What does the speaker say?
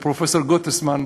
פרופסור גוטסמן,